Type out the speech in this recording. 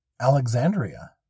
Alexandria